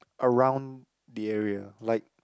around the area like